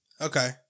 Okay